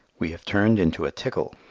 we have turned into a tickle,